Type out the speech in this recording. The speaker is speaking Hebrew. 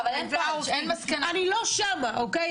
אני לא שם, אוקיי?